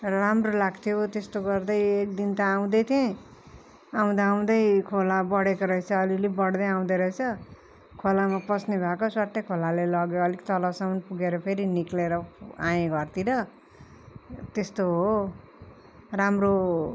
राम्रो लाग्थ्यो त्यस्तो गर्दै एक दिन त आउँदैथेँ आउँदा आउँदै खोला बढेको रहेछ अलिअलि बढ्दै आउँदै रहेछ खोलामा पस्ने भएको स्वाट्टै खोलाले लग्यो अलिक तलसम्म पुगेर फेरि निक्लेर आएँ घरतिर त्यस्तो हो राम्रो